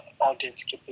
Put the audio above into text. audience